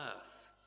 earth